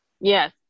Yes